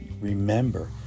remember